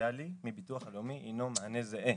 הסוציאלי מהביטוח הלאומי הינו מענה זהה.